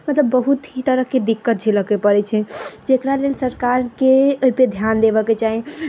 मतलब बहुत ही तरहके दिक्कत झेलऽके पड़ै छै जकरा लेल सरकारके अइपर ध्यान देबऽके चाही